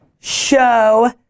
Show